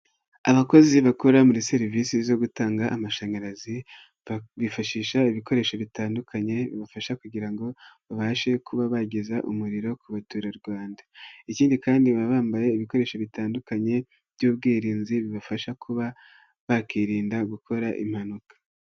Abakozi bakora muri serivisi zo gutanga amashanyarazi, bifashisha ibikoresho bitandukanye, bibafasha kugira ngo babashe kuba bageza umuriro ku baturarwanda, ikindi kandi baba bambaye ibikoresho bitandukanye by'ubwirinzi bibafasha kuba bakirinda gukora impanuka.